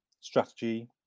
strategy